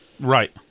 right